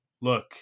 look